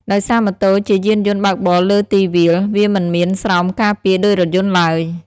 ដោយសារម៉ូតូជាយានយន្តបើកបរលើទីវាល វាមិនមានស្រោមការពារដូចរថយន្តឡើយ។